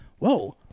whoa